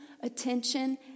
attention